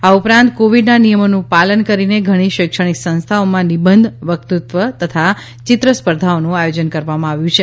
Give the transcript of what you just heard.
આ ઉપરાંત કોવિડના નિયમોનું પાલન કરીને ઘણી શૈક્ષણિક સંસ્થાઓમાં નિબંધ વક્તત્વ તથા ચિત્ર સ્પર્ધાઓનું આયોજન કરવામાં આવ્યું છે